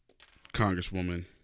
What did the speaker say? congresswoman